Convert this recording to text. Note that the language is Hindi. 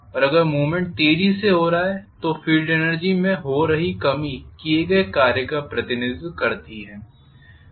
और अगर मूवमेंट तेजी से हो रहा है तो फील्ड एनर्जी में हो रही कमी किए गए कार्य का प्रतिनिधित्व करती है